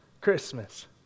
Christmas